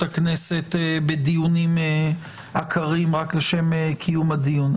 הכנסת בדיונים עקרים רק לשם קידום הדיון.